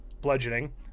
bludgeoning